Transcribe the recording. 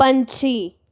ਪੰਛੀ